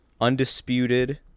Undisputed